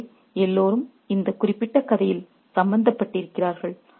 எனவே எல்லோரும் இந்தக் குறிப்பிட்ட கதையில் சம்பந்தப்பட்டிருக்கிறார்கள்